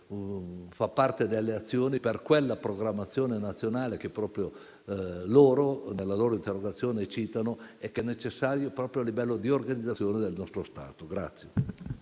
fa parte delle azioni per quella programmazione nazionale che proprio gli interroganti, nella loro interrogazione, citano e che è necessario proprio a livello di organizzazione del nostro Stato.